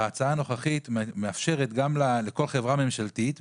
ההצעה הנוכחית מאפשרת גם לכל חברה ממשלתית,